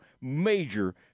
major